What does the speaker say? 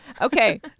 Okay